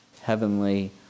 heavenly